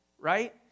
right